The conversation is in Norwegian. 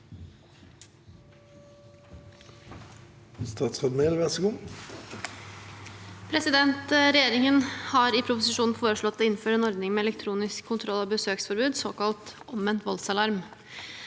Regjeringen har i proposisjonen foreslått å innføre en ordning med elektronisk kontroll av besøksforbud, såkalt omvendt voldsalarm.